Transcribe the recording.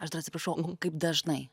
aš dar atsiprašau o kaip dažnai